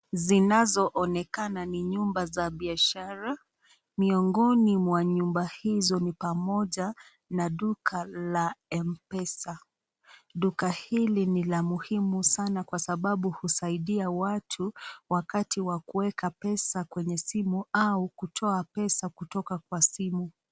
Zinazoonekana ni nyumba za biashara. Miongoni mwa nyumba hizo ni pamoja na duka la M-pesa. Duka hili ni la muhimu sana kwa sababu husaidia watu wakati wa kuweka pesa kwenye simu au kutoa pesa kutoka kwa simu.